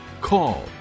call